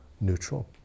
neutral